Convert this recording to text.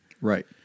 Right